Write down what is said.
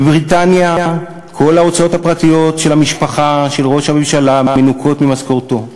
בבריטניה כל ההוצאות הפרטיות של המשפחה של ראש הממשלה מנוכות ממשכורתו.